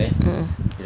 mm mm